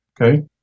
Okay